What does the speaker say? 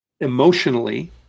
emotionally